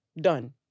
Done